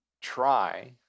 try